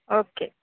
okay